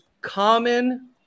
common